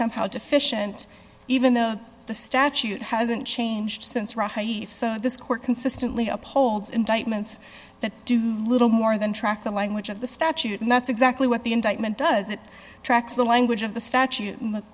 somehow deficient even though the statute hasn't changed since rai this court consistently upholds indictments that do little more than track the language of the statute and that's exactly what the indictment does it track the language of the statute and